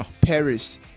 Paris